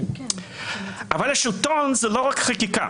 אבל השלטון זה לא רק חקיקה,